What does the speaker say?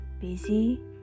busy